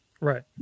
Right